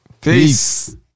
Peace